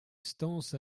stances